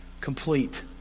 complete